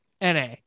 NA